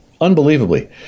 unbelievably